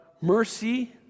mercy